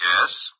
Yes